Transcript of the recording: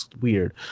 weird